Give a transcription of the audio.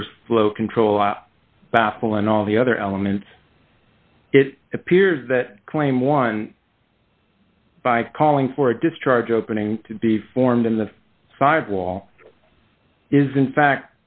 st flow control baffle and all the other elements it appears that claim one by calling for a discharge opening to be formed in the sidewall is in fact